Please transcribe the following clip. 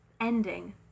ending